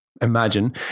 imagine